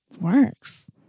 works